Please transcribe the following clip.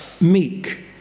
meek